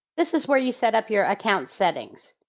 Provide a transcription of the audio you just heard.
this is where you set up your account settings.